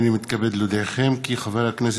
אני קובע כי הצעת החוק